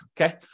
okay